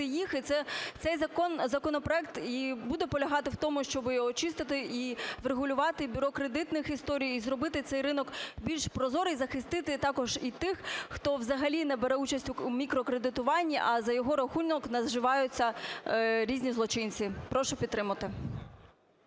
їх, і цей закон, законопроект і буде полягати в тому, щоб очистити і врегулювати бюро кредитних історій і зробити цей ринок більш прозорий. І захистити також і тих, хто взагалі не бере участь в мікрокредитуванні, а за його рахунок наживаються різні злочинці. Прошу підтримати.